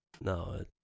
No